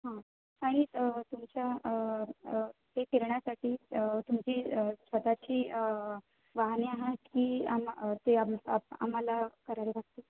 हां आणि तुमच्या ते फिरण्यासाठी तुमची स्वतःची वाहने आहात की आम ते आम आप आम्हाला करायला लागतील